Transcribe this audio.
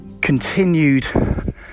continued